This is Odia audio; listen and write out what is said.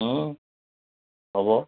ହେବ